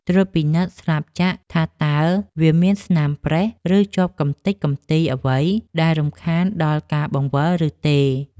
ត្រួតពិនិត្យស្លាបចក្រថាតើវាមានស្នាមប្រេះ ឬជាប់កម្ទេចកម្ទីអ្វីដែលរំខានដល់ការបង្វិលឬទេ?